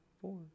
four